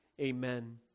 Amen